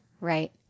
right